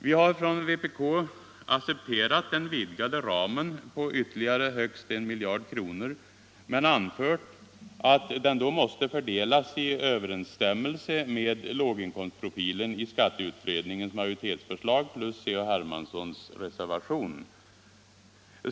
Vi har från vpk accepterat den vidgade ramen på ytterligare högst 1 miljard kronor men anfört att den då måste fördelas i överensstämmelse med låginkomstprofilen i skatteutredningens majoritetsförslag plus C.-H. Hermanssons reservation.